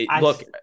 look